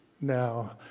now